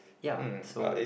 ya so